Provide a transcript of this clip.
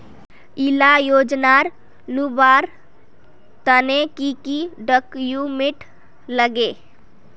इला योजनार लुबार तने की की डॉक्यूमेंट लगे?